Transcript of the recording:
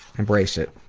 embrace it.